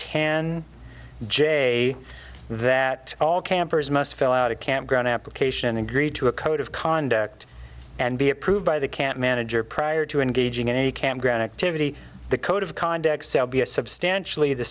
tan j that all campers must fill out a campground application agreed to a code of conduct and be approved by the camp manager prior to engaging in any campground activity the code of conduct be a substantially the